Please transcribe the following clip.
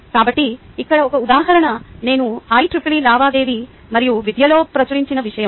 కాబట్టి ఇక్కడ ఒక ఉదాహరణ నేను IEEE లావాదేవీ మరియు విద్యలో ప్రచురించిన విషయం